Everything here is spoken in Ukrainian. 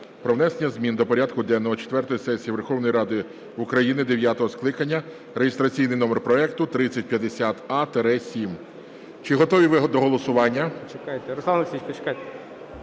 про внесення змін до порядку денного четвертої сесії Верховної Ради України дев'ятого скликання (реєстраційний номер проекту 3050а-7). Чи готові ви до голосування?